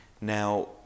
Now